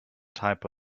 type